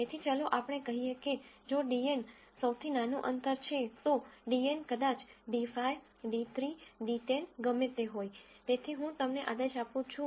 તેથી ચાલો આપણે કહીએ કે જો dn સૌથી નાનું અંતર છે તો dn કદાચ d5 d3 d10 ગમે તે હોય તેથી હું તેમને આદેશ આપું છું